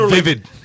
Vivid